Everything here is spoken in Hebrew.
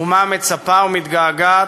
אומה מצפה ומתגעגעת,